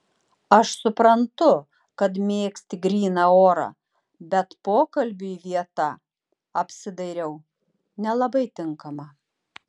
aš suprantu kad mėgsti gryną orą bet pokalbiui vieta apsidairiau nelabai tinkama